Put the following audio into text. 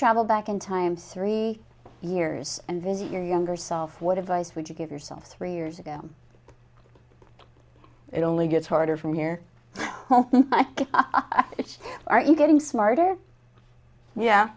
travel back in time siri years and visit your younger self what advice would you give yourself three years ago it only gets harder from here which are you getting smarter yeah